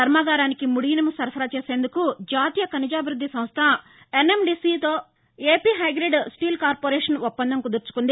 కర్మాగారానికి ముడి ఇనుము సరఫరా చేసేందుకు జాతీయ ఖనిజాభివృద్ధి సంస్ద ఎన్ఎండిసితో ఏపీ హైగ్రేడ్ స్టీల్ కార్పొరేషన్ ఒప్పందం కుదుర్చుకుంది